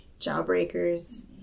Jawbreakers